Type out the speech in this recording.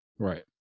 Right